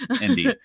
Indeed